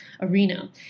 arena